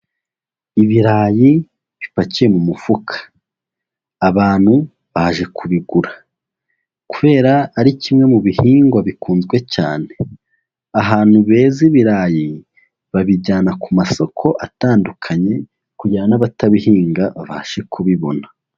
Ibirayi bipakiye mu mufuka abantu baje kubigura, kubera ari kimwe mu bihingwa bikunzwe cyane, ahantu heza ibirayi babijyana ku masoko atandukanye kugira ngo n'abatabihinga babashe kubibona.